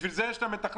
בשביל זה יש מתכלל.